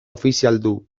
ofizialdu